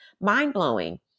mind-blowing